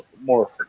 more